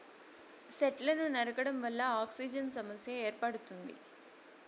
సెట్లను నరకడం వల్ల ఆక్సిజన్ సమస్య ఏర్పడుతుంది